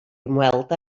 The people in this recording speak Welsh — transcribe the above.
ymweld